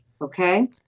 okay